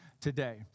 today